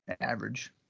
average